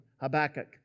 Habakkuk